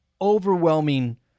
overwhelming